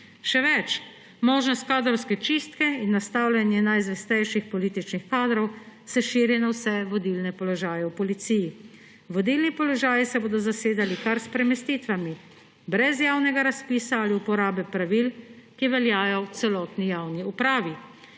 Še več, možnost kadrovske čistke in nastavljanje najzvestejših političnih kadrov se širi na vse vodilne položaje v policiji. Vodilni položaji se bodo zasedali kar s premestitvami brez javnega razpisa ali uporabe pravil, ki veljajo v celotni javni upravi.